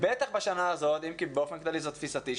בטח בשנה הזו אם כי באופן כללי זו תפיסתי,